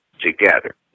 Together